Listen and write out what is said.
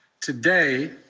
Today